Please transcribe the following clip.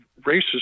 racist